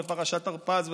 ופרשת הרפז,